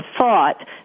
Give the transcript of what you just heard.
thought